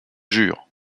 jure